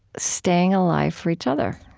staying alive for each other.